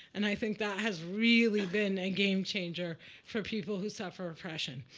and i think that has really been a game changer for people who suffer oppression.